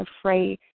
afraid